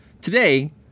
Today